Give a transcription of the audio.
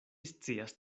scias